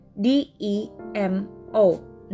DEMO